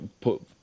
put